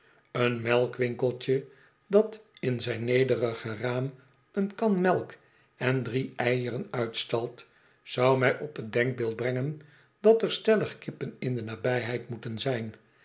een melkwinkeltje dat in zijn nederig raam een kan melk en drie eieren uitstalt zou mij op t denkbeeld brengen dat er stellig kippen in de nabijheid moeten zijn